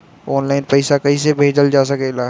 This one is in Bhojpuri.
आन लाईन पईसा कईसे भेजल जा सेकला?